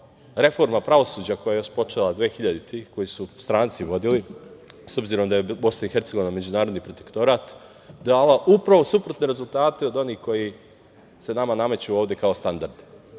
reforma pravosuđa koja je počela 2000, koju su stranci vodili, s obzirom da je BiH međunarodni protektorat, dala upravo suprotne rezultate od onih koji se nama nameću ovde kao standardi,